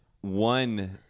one